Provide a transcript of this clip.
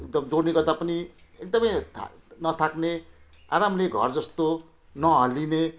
एकदम जर्नी गर्दा पनि एकदमै था नथाक्ने आरामले घर जस्तो नहल्लिने